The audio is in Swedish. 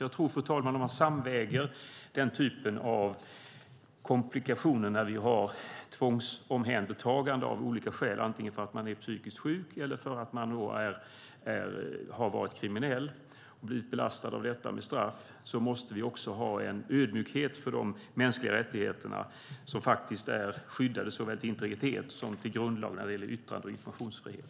Jag tror, fru talman, att om man väger samman den typen av komplikationer vid tvångsomhändertagande av olika skäl, antingen för att man är psykiskt sjuk eller för att man har varit kriminell och blivit belastad med straff för detta, måste man ha en ödmjukhet för de mänskliga rättigheterna som är skyddade såväl till integritet som till grundlag när det gäller yttrande och informationsfrihet.